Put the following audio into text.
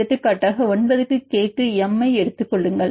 எடுத்துக்காட்டாக 9 க்கு K க்கு M ஐ எடுத்துக் கொள்ளுங்கள்